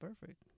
perfect